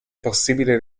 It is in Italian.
possibile